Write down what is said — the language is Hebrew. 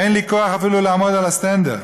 אין לי כוח אפילו לעמוד על הסטנדר.